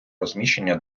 розміщення